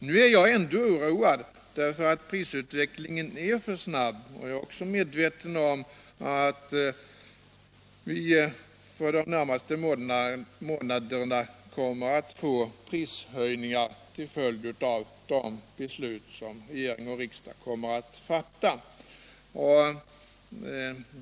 Nu är jag ändå oroad, därför att prisutvecklingen är för snabb, och jag är också medveten om att vi för de närmaste månaderna får prishöjningar till följd av de beslut som regering och riksdag kommer att fatta.